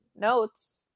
notes